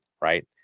right